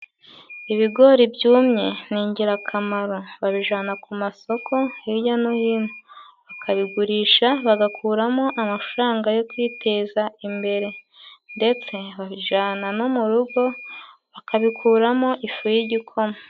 Ibigori byumye ni ingirakamaro. Babijana ku masoko hirya no hino， bakabigurisha， bagakuramo amafaranga yo kwiteza imbere， ndetse babijana no mu rugo bakabikuramo ifu y'igikoma.